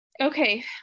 Okay